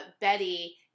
betty